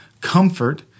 comfort